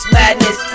madness